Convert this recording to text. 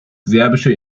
serbische